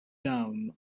down